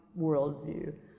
worldview